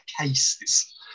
cases